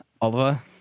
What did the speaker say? Oliver